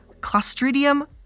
Clostridium